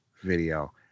video